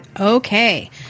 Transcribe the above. okay